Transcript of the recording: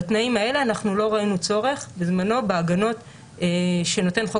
בתנאים האלה לא ראינו צורך בזמנו בהגנות שנותן חוק